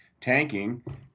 tanking